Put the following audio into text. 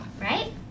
Right